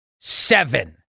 seven